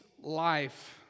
life